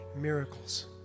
miracles